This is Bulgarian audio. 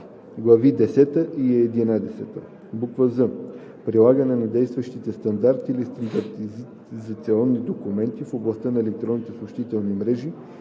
и единадесета; з) прилагане на действащите стандарти или стандартизационни документи в областта на електронните съобщителни мрежи